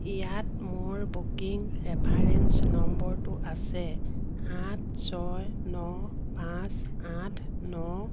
ইয়াত মোৰ booking reference নম্বৰটো আছে সাত ছয় ন পাঁচ আঠ ন